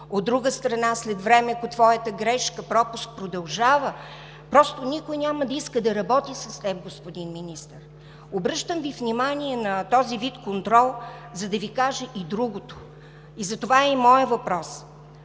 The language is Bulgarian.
От друга страна, след време, ако твоята грешка, пропуск продължава, никой няма да иска да работи с теб, господин Министър. Обръщам Ви внимание на този вид контрол, за да Ви кажа и другото – затова е и моят въпрос: